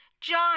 John